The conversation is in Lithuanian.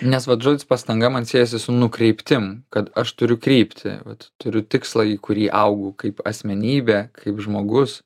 nes vat žodis pastanga man siejasi su nukreiptim kad aš turiu kryptį vat turiu tikslą į kurį augu kaip asmenybė kaip žmogus